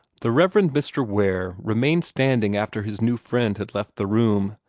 the reverend mr. ware remained standing after his new friend had left the room,